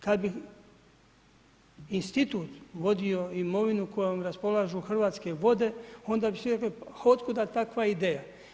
Kada bi institut vodio imovinu, kojom raspolažu Hrvatske vode, onda bi svi rekli, od kuda takva ideja.